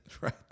right